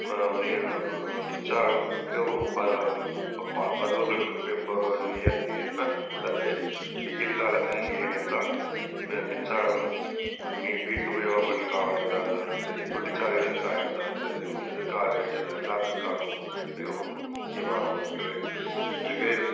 இது மின்சாரம் மிகவும் பர ப பல் பருவங்களுக்கு பெ பரு ஏற் ஏற்ப உள்ளது வெயில் காலத்தில் ஏனென்றால் மெ மின்சாரம் மி வீட்டு உபயோகங்கள்க்காக இருந்தாலும் சரி தொழிற்சாலைகளுக்கா இருந்தாலும் சரியும் எதற்காக இது எல்லாத்திற்காகவும் மிகவும் முக்கியமான ஒன்று வெவ்வேறு